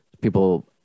People